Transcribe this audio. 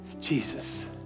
Jesus